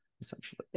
essentially